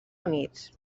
units